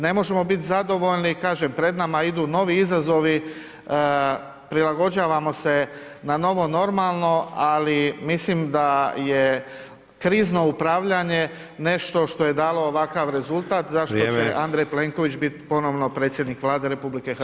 Ne možemo biti zadovoljni, kažem pred nama idu novi izazovi, prilagođavamo se na novo normalno, ali mislim da je krizno upravljanje nešto što je dalo ovakav rezultat [[Upadica: Vrijeme.]] za što će Andrej Plenković biti ponovno predsjednik Vlade RH.